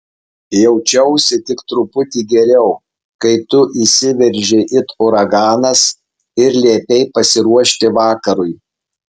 jaučiausi tik truputį geriau kai tu įsiveržei it uraganas ir liepei pasiruošti vakarui